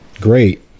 great